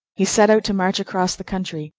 he set out to march across the country,